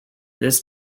this